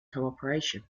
cooperation